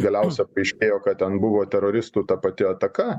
galiausia paaiškėjo kad ten buvo teroristų ta pati ataka